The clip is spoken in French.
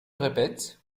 répète